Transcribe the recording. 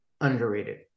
underrated